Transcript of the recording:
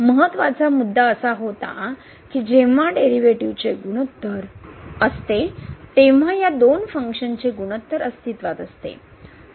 महत्त्वाचा मुद्दा असा होता की जेंव्हा डेरीवेटीवचे गुणोत्तर असते तेव्हा या दोन फंक्शन चे गुणोत्तर अस्तित्त्वात असते